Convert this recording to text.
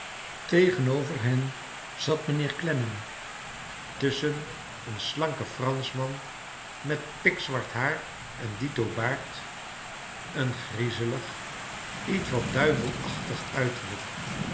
tegenover hen zat mijnheer clenman tusschen een slanken franschman met pikzwart haar en dito baard een griezelig ietwat duivelachtig uiterlijk